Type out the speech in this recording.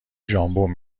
ژامبون